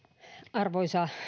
arvoisa